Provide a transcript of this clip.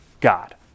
God